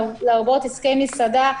לרבות עסקי מסעדה,